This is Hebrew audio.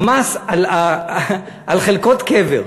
המס על חלקות קבר.